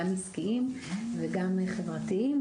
גם עסקיים וגם חברתיים.